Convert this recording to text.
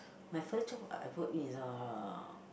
my first job I work is a